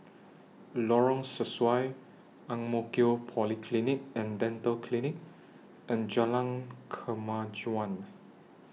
Lorong Sesuai Ang Mo Kio Polyclinic and Dental Clinic and Jalan Kemajuan